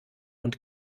und